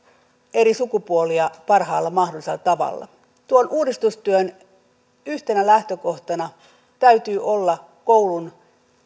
eri sukupuolia parhaalla mahdollisella tavalla tuon uudistustyön yhtenä lähtökohtana täytyy olla koulun